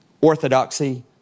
orthodoxy